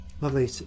lovely